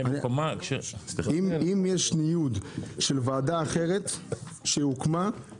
אם יש ניוד של ועדה אחרת שהוקמה,